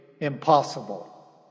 impossible